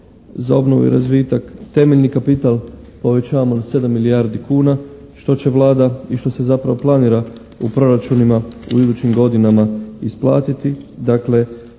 za obnovu i razvitak, temeljni kapital povećavamo na 7 milijardi kuna što će Vlada i što se zapravo planira u proračunima u idućim godinama isplatiti.